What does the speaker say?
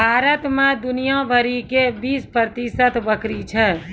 भारत मे दुनिया भरि के बीस प्रतिशत बकरी छै